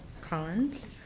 collins